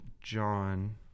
John